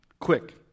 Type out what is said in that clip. Quick